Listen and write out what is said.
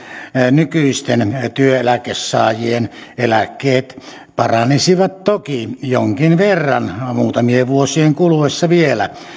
nykyisten työeläkkeensaajien eläkkeet paranisivat toki jonkin verran muutamien vuosien kuluessa vielä